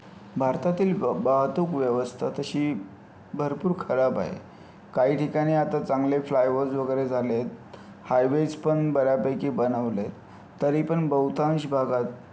भारतातील ब वाहतूक व्यवस्था तशी भरपूर खराब आहे काही ठिकाणी आता चांगले फ्लायओव्हर्स वगैरे झाले आहेत हायवेज पण बऱ्यापैकी बनवले आहेत तरी पण बहुतांश भागात